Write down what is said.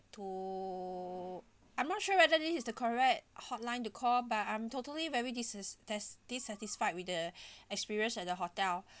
to I'm not sure whether this is the correct hotline to call but I'm totally very dissi~ sat~ dissatisfied with the experience at the hotel